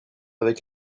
avec